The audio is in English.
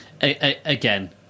Again